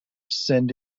send